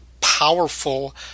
powerful